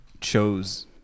chose